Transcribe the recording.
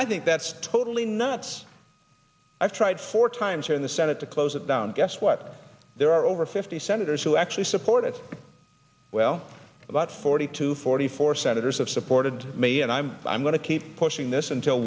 i think that's totally nuts i've tried four times here in the senate to close it down guess what there are over fifty senators who actually support as well about forty to forty four senators have supported me and i'm i'm going to keep pushing this until